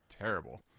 terrible